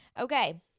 Okay